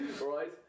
Right